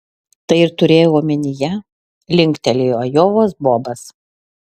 tai ir turėjau omenyje linktelėjo ajovos bobas